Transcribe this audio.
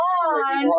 on